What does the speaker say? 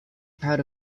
proud